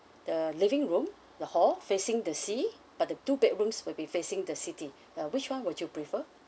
the living room the hall facing the sea but the two bedrooms will be facing the city uh which one would you prefer